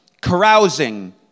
carousing